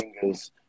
fingers